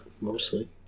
mostly